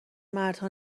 مردها